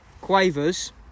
Quavers